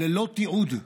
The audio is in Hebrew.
ללא תיעוד,